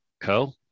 Co